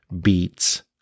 beats